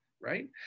right